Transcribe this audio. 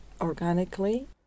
organically